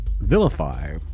vilify